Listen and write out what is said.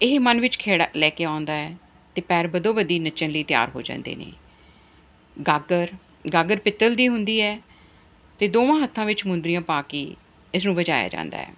ਇਹ ਮਨ ਵਿੱਚ ਖੇੜਾ ਲੈ ਕੇ ਆਉਂਦਾ ਹੈ ਅਤੇ ਪੈਰ ਬਦੋਬਦੀ ਨੱਚਣ ਲਈ ਤਿਆਰ ਹੋ ਜਾਂਦੇ ਨੇ ਗਾਗਰ ਗਾਗਰ ਪਿੱਤਲ ਦੀ ਹੁੰਦੀ ਹੈ ਅਤੇ ਦੋਵਾਂ ਹੱਥਾਂ ਵਿੱਚ ਮੁੰਦਰੀਆਂ ਪਾ ਕੇ ਇਸਨੂੰ ਵਜਾਇਆ ਜਾਂਦਾ ਹੈ